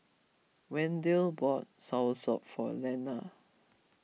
Wendell bought soursop for Lenna